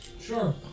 Sure